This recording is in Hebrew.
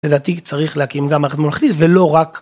לדעתי צריך להקים גם אנחנו נכניס ולא רק